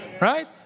Right